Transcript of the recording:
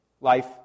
life